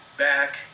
back